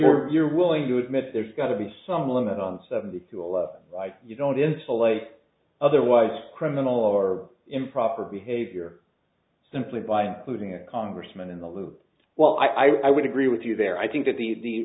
moore you're willing to admit there's got to be some limit on seventy to all of you don't insulate otherwise criminal or improper behavior simply by including a congressman in the loop well i i would agree with you there i think that the